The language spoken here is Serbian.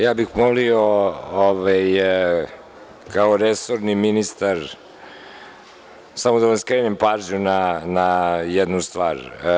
Ja bih molio, kao resorni ministar, samo da vam skrenem pažnju na jednu stvar.